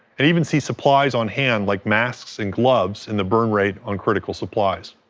and even see supplies on hand like masks and gloves in the burn rate on critical supplies,